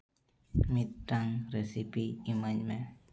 ᱢᱤᱫᱴᱟᱝ ᱨᱮᱥᱤᱯᱤ ᱮᱢᱟᱹᱧ ᱢᱮ